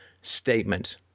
statement